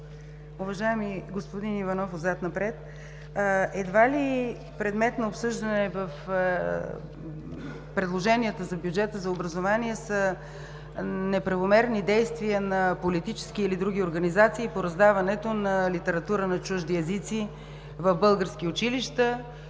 Уважаеми господин Иванов, едва ли предмет на обсъждане в предложенията за бюджета за образование са неправомерни действия на политически или други организации и по раздаването на литература на чужди езици в български училища.